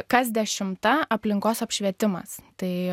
kas dešimta aplinkos apšvietimas tai